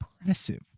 impressive